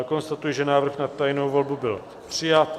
Konstatuji, že návrh na tajnou volbu byl přijat.